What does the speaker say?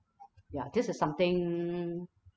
ya this is something